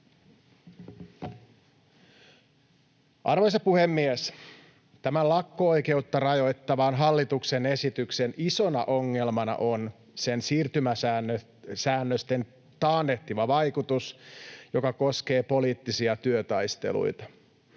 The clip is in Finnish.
Arvoisa puhemies! Tämän lakko-oikeutta rajoittavan hallituksen esityksen isona ongelmana on sen siirtymäsäännösten taannehtiva vaikutus, joka koskee poliittisia työtaisteluita.